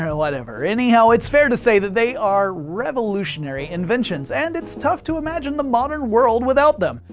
whatever. anyhow it's fair to say that they are revolutionary inventions and it's tough to imagine the modern world without them.